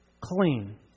clean